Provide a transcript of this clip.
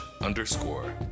underscore